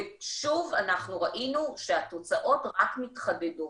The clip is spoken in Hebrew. שוב, אנחנו ראינו שהתוצאות רק מתחדדות.